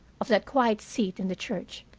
of that quiet seat in the church.